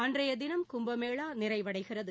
அன்றையதினம் கும்பமேளா நிறைவடைகிறது